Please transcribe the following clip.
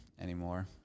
anymore